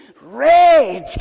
red